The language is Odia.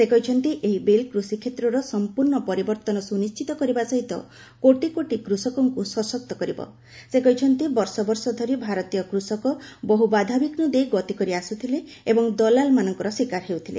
ସେ କହିଛନ୍ତି ଏହି ବିଲ୍ କୃଷିକ୍ଷେତ୍ରର ସଂପ୍ରର୍ଶ୍ଣ ପରିବର୍ତନ ସୁନିଣ୍ଚିତ କରିବା ସହିତ କୋଟି କୋଟି କୃଷକଙ୍କୁ ସଶକ୍ତ କରିବା ସେ କହିଛନ୍ତି ବର୍ଷ ବର୍ଷ ଧରି ଭାରତୀୟ କୃଷକ ବହୁ ବାଧାବିଘୁ ଦେଇ ଗତି କରିଆସୁଥିଲେ ଏବଂ ଦଲାଲ୍ ମାନଙ୍କର ଶିକାର ହେଉଥିଲେ